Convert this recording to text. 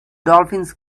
dolphins